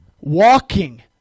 walking